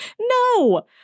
No